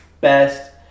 best